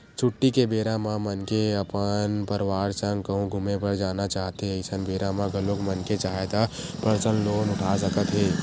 छुट्टी के बेरा म मनखे अपन परवार संग कहूँ घूमे बर जाना चाहथें अइसन बेरा म घलोक मनखे चाहय त परसनल लोन उठा सकत हे